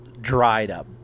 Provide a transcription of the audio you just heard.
dried-up